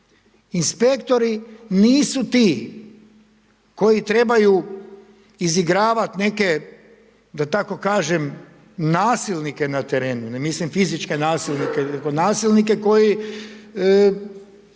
Inspektori nisu ti koji trebaju izigravati neke da tako kažem nasilnike na terenu, ne mislim fizičke nasilnike, nego nasilnike koji